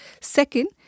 Second